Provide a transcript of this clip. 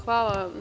Hvala.